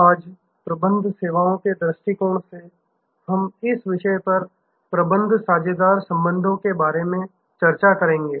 आज प्रबंध सेवाओं के दृष्टिकोण से हम इस विषय पर प्रबंध साझेदार संबंधों के बारे में चर्चा करेंगे